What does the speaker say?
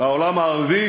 העולם הערבי